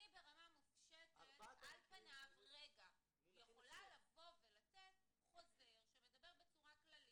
אני ברמה מופשטת על פניו יכולה לתת חוזר שמדבר בצורה כללית,